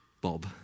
Bob